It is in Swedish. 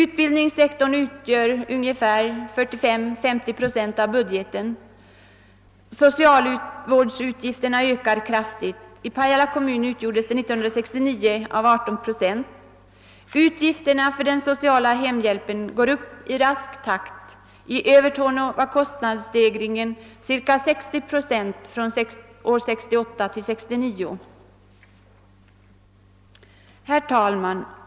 Utbildningssektorn utgör 45—50 procent av budgeten, socialvårdsutgifterna ökar kraftigt och de utgjorde i Pajala kommun 1969 18 procent. Utgifterna för den sociala hemhjälpen går upp i rask takt, i Övertorneå var kostnadsstegringen cirka 60 procent från år 1968 till år 1969. Herr talman!